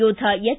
ಯೋಧ ಎಚ್